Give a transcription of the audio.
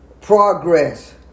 progress